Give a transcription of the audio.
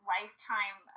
Lifetime